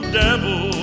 devil